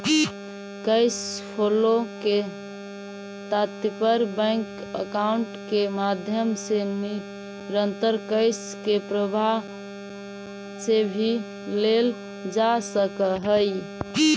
cash flow से तात्पर्य bank account के माध्यम से निरंतर कैश के प्रवाह से भी लेल जा सकऽ हई